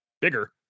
bigger